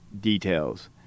details